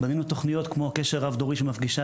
בנינו תוכניות כמו קשר רב דורי שמפגישה